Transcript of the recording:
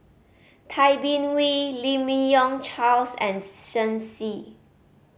Tay Bin Wee Lim Yi Yong Charles and Shen Xi